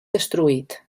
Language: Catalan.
destruït